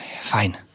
fine